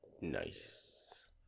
Nice